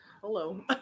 Hello